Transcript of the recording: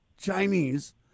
Chinese